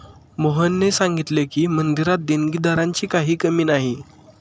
मोहनने सांगितले की, मंदिरात देणगीदारांची काही कमी नाही